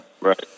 Right